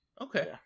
Okay